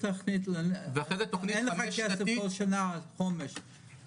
ואחרי זה --- אין לך כסף כל שנה חומש,